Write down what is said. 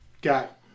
got